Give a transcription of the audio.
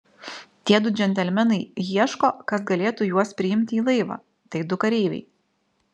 tie du džentelmenai ieško kas galėtų juos priimti į laivą tai du kareiviai